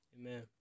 Amen